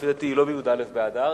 אינה בי"א באדר,